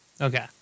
Okay